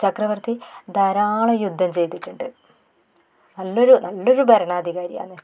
ചക്രവർത്തി ധാരാളം യുദ്ധം ചെയ്തിട്ടുണ്ട് നല്ലൊരു നല്ലൊരു ഭരണാധികാരിയാണ്